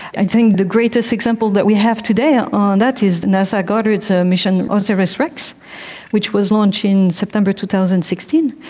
i think the greatest example that we have today ah on that is nasa goddard's ah mission osiris-rex which was launched in september two thousand and sixteen,